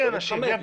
אני לא מתחמק.